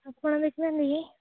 ଆପଣ ଦେଖିନାହାନ୍ତି କି